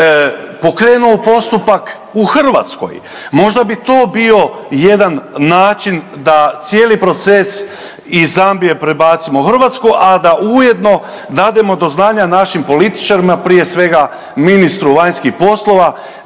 pokrenuo postupak u Hrvatskoj. Možda bi to bio jedan način da cijeli proces iz Zambije prebacimo u Hrvatsku, a da ujedno dademo do znanja našim političarima, prije svega ministru vanjskih poslova